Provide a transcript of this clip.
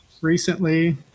recently